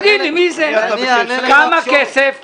כמה כסף?